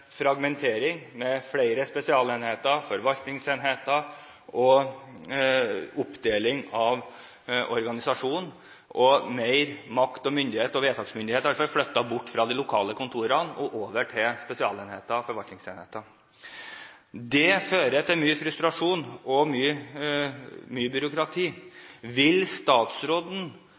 fragmentering med flere spesialenheter, forvaltningsenheter og oppdeling av organisasjonen. Mer makt og vedtaksmyndighet er flyttet bort fra de lokale kontorene og over til spesialenheter og forvaltningsenheter. Det fører til mye frustrasjon og mye byråkrati. Vil statsråden